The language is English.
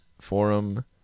forum